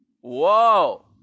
Whoa